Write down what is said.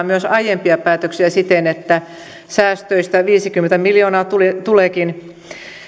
myös aiempia päätöksiä siten että säästöistä viisikymmentä miljoonaa tuleekin